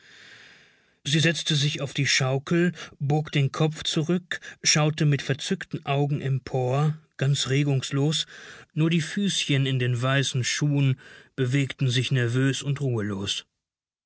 sie setzte sich auf die schaukel bog den kopf zurück schaute mit verzückten augen empor ganz regungslos nur die füßchen in den weißen schuhen bewegten sich nervös und ruhelos